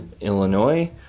illinois